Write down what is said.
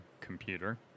computer